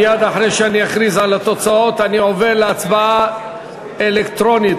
מייד אחרי שאני אכריז על התוצאות אני עובר להצבעה אלקטרונית.